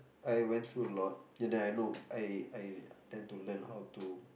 I went through a lot then I know I I tend to learn how to